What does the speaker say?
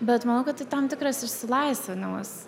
bet manau kad tai tam tikras išsilaisvinimas